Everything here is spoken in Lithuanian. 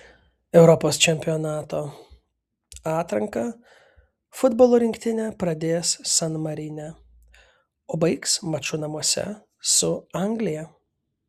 europos čempionato atranką futbolo rinktinė pradės san marine o baigs maču namuose su anglija